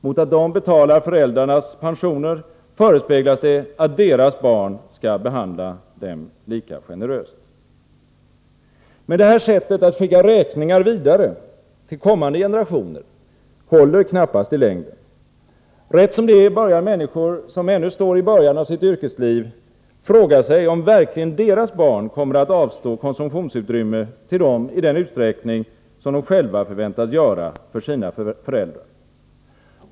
Mot att de betalar föräldrarnas pensioner förespeglas de att deras barn skall behandla dem lika generöst. Men det här sättet att skicka räkningar vidare till kommande generationer håller knappast i längden. Rätt som det är börjar människor, som ännu är i inledningen av sitt yrkesliv, fråga sig om verkligen deras barn kommer att avstå konsumtionsutrymme till dem i den utsträckning som de själva förväntas göra för sina föräldrar.